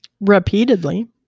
repeatedly